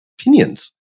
opinions